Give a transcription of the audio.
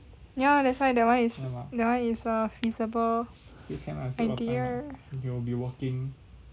ya that's why that [one] is that [one] is a feasible idea